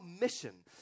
mission